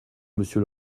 monsieur